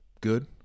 good